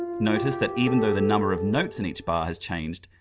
notice that even though the number of notes in each bar has changed,